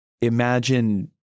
imagine